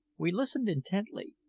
we listened intently,